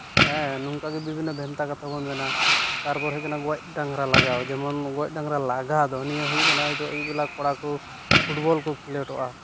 ᱦᱮᱸ ᱱᱚᱝᱠᱟ ᱜᱮ ᱵᱤᱵᱷᱤᱱᱱᱚ ᱵᱷᱮᱱᱛᱟ ᱠᱟᱛᱷᱟ ᱵᱚᱱ ᱢᱮᱱᱟ ᱛᱟᱨᱯᱚᱨ ᱦᱩᱭᱩᱜ ᱠᱟᱱᱟ ᱜᱚᱡ ᱰᱟᱝᱨᱟ ᱞᱟᱜᱟᱣ ᱡᱮᱢᱚᱱ ᱜᱚᱡ ᱰᱟᱝᱨᱟ ᱞᱟᱜᱟᱣ ᱫᱚ ᱩᱱᱤ ᱫᱚᱭ ᱦᱩᱭᱩᱜ ᱠᱟᱱᱟ ᱩᱱᱤ ᱫᱚ ᱟᱭᱩᱵ ᱵᱮᱞᱟ ᱠᱚᱲᱟ ᱠᱚ ᱯᱷᱩᱴᱵᱚᱞ ᱠᱚ ᱠᱷᱮᱞᱳᱰᱚᱜᱼᱟ